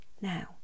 now